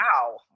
Wow